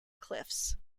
cliffs